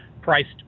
priced